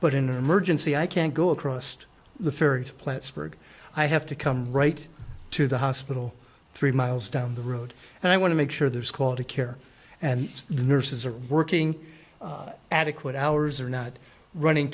but in an emergency i can't go across the ferry to plattsburg i have to come right to the hospital three miles down the road and i want to make sure there's quality care and the nurses are working adequate hours are not running